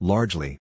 Largely